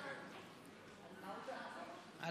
על מה ההודעה?